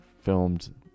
filmed